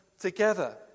together